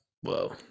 whoa